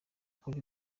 kuri